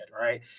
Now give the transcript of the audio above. right